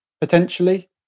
potentially